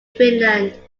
finland